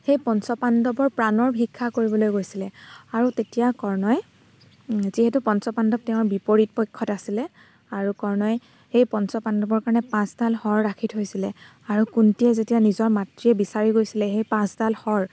সেই পঞ্চপাণ্ডৱৰ প্ৰাণৰ ভিক্ষা কৰিবলৈ গৈছিলে আৰু তেতিয়া কৰ্ণই যিহেতু পঞ্চপাণ্ডৱ তেওঁৰ বিপৰীত পক্ষত আছিলে আৰু কৰ্ণই সেই পঞ্চপাণ্ডৱৰ কাৰণে পাঁচডাল শৰ ৰাখি থৈছিলে আৰু কুন্তীয়ে যেতিয়া নিজৰ মাতৃয়ে বিচাৰি গৈছিলে সেই পাঁচডাল শৰ